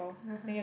(uh huh)